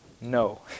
no